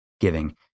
giving